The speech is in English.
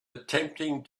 attempting